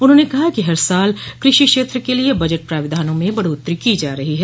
उन्होंने कहा कि हर साल कृषि क्षेत्र के लिए बजट प्राविधानों में बढ़ोत्तरी की जा रही है